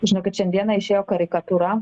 žinokit šiandieną išėjo karikatūra